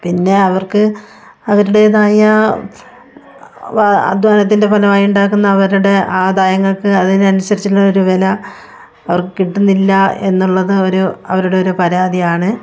പിന്നെ അവർക്ക് അവരുടേതായ അദ്ധ്വാനത്തിൻ്റെ ഫലമായി ഉണ്ടാക്കുന്ന അവരുടെ ആദായങ്ങൾക്ക് അതിനനുസരിച്ചുള്ളൊരു വില അവർക്ക് കിട്ടുന്നില്ല എന്നുള്ളത് ഒരു അവരുടെയൊരു പരാതിയാണ്